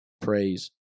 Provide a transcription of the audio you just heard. praise